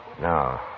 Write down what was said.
No